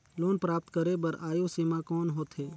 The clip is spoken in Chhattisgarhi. लोन प्राप्त करे बर आयु सीमा कौन होथे?